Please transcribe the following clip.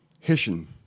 hessian